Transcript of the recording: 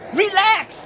relax